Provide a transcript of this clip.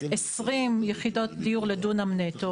20 יחידות דיור לדונם נטו,